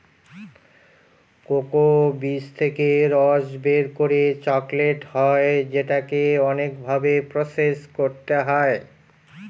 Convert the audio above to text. cocoa বীজ থেকে রস বের করে চকলেট হয় যেটাকে অনেক ভাবে প্রসেস করতে হয়